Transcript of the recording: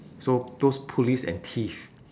so those police and thief